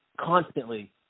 constantly